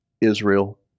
Israel